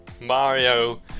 Mario